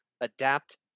adapt